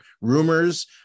Rumors